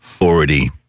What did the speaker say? already